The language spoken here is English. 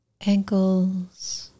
ankles